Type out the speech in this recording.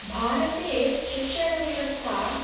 भारते शिक्षणव्यवस्था